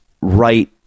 right